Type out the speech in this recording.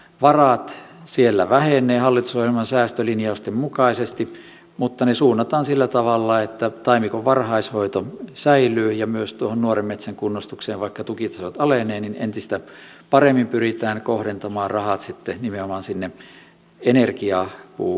varat siellä vähenevät hallitusohjelman säästölinjausten mukaisesti mutta ne suunnataan sillä tavalla että taimikon varhaishoito säilyy ja myös nuoren metsän kunnostukseen vaikka tukitasot alenevat entistä paremmin pyritään kohdentamaan rahat sitten nimenomaan sinne energiapuukohteisiin